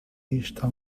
está